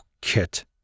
Kit